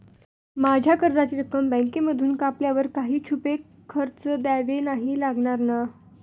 माझ्या कर्जाची रक्कम बँकेमधून कापल्यावर काही छुपे खर्च द्यावे नाही लागणार ना?